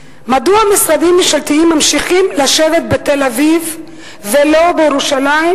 מדוע משרדים ממשלתיים ממשיכים לשבת בתל-אביב ולא בירושלים,